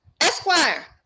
esquire